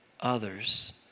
others